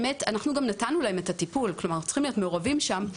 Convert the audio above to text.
אנחנו גם נתנו להם את הטיפול ולכן אנחנו צריכים להיות מעורבים שם.